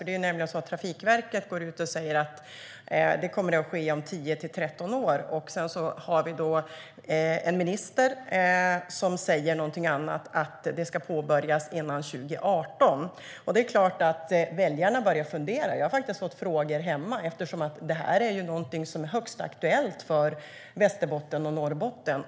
Det är nämligen så att Trafikverket går ut och säger att det kommer att ske om 10-13 år, och vi har en minister som säger någonting annat: Det ska påbörjas före 2018. Det är klart att väljarna börjar fundera. Jag har fått frågor hemma eftersom detta är någonting som är högst aktuellt för Västerbotten och Norrbotten.